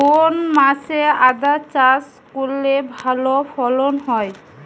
কোন মাসে আদা চাষ করলে ভালো ফলন হয়?